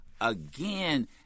again